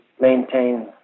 maintain